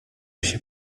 się